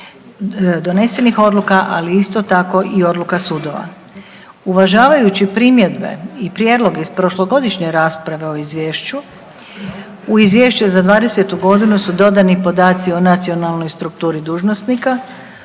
donesenih odluka, ali isto tako i odluka sudova. Uvažavajući primjedbe i prijedloge iz prošlogodišnje rasprave o izvješću u izvješće za '20.-tu godinu su dodani podaci o nacionalnoj strukturi dužnosnika,